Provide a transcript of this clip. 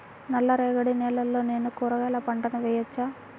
నల్ల రేగడి నేలలో నేను కూరగాయల పంటను వేయచ్చా?